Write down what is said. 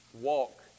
Walk